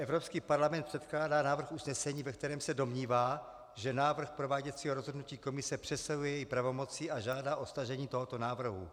Evropský parlament předkládá návrh usnesení, ve kterém se domnívá, že návrh prováděcího rozhodnutí Komise přesahuje její pravomoci, a žádá o stažení tohoto návrhu.